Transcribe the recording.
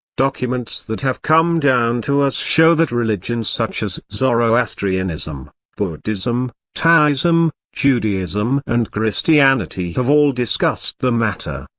documents that have come down to us show that religions such as zoroastrianism, buddhism, taoism, judaism and christianity have all discussed the matter.